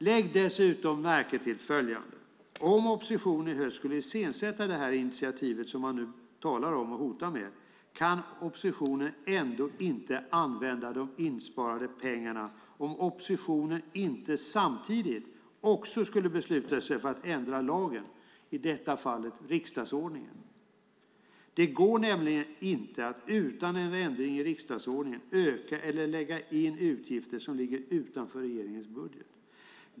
Lägg dessutom märke till följande: Om oppositionen i höst skulle iscensätta det initiativ som man nu talar om och hotar med, kan oppositionen ändå inte använda de insparade pengarna om oppositionen inte samtidigt också skulle besluta sig för att ändra lagen, i detta fall riksdagsordningen. Det går nämligen inte att utan ändring i riksdagsordningen öka eller lägga in utgifter som ligger utanför regeringens budget.